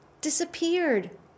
disappeared